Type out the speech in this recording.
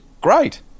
Great